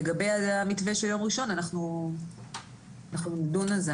לגבי המתווה של יום ראשון אנחנו נדון על זה,